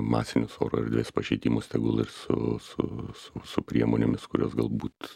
masinius oro erdvės pažeidimus tegul ir su su su su priemonėmis kurios galbūt